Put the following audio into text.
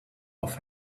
off